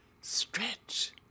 stretch